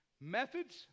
methods